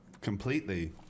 Completely